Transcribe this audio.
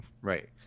Right